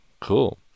cool